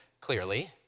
clearly